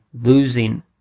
losing